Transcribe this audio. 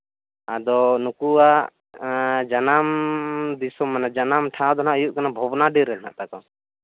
ᱟᱫᱚ ᱱᱩᱠᱩᱣᱟᱜ ᱡᱟᱱᱟᱢ ᱫᱤᱥᱚᱢ ᱢᱟᱱᱮ ᱡᱟᱱᱟᱢ ᱴᱷᱟᱶ ᱫᱚ ᱦᱟᱸᱜ ᱦᱩᱭᱩᱜ ᱠᱟᱱᱟ ᱵᱷᱚᱜᱽᱱᱟᱰᱤ ᱨᱮ ᱱᱟᱜ ᱛᱟᱠᱚ